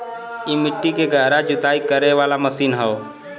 इ मट्टी के गहरा जुताई करे वाला मशीन हौ